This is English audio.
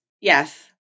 Yes